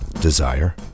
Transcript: desire